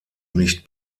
nicht